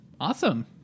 Awesome